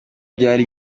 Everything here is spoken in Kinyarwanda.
byari